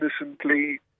innocently